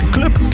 Club